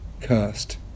cursed